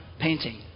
painting